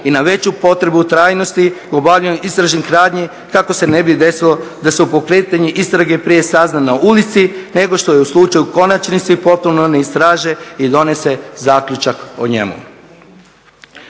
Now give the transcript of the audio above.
i na veću potrebu trajnosti u obavljanju istražnih radnji kako se ne bi desilo da se o pokretanju istrage prije sazna na ulici, nego što je u slučaju u konačnici potpuno ne istraže i donese zaključak o njemu.